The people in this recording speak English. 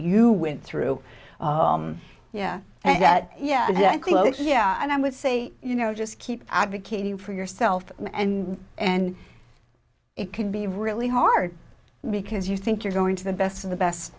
you went through yeah and that yeah yeah and i would say you know just keep advocating for yourself and and it can be really hard because you think you're going to the best of the best